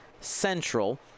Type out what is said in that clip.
central